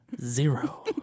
zero